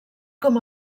com